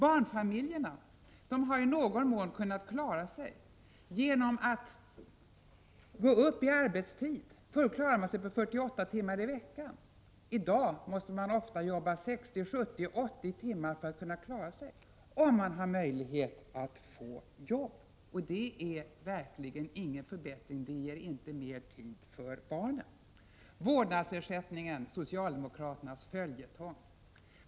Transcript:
Barnfamiljerna har i någon mån klarat sig genom att öka arbetstiden. Förut klarade de sig på 48 timmar i veckan, men i dag måste de ofta jobba 60, 70 och 80 timmar för att klara sig — om de har möjlighet att få jobb. Det är verkligen ingen förbättring och ger inte mer tid för barnen. Vårdnadsersättningen är socialdemokraternas följetong.